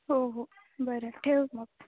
हो हो बरं ठेव मग